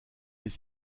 les